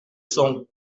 son